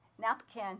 napkin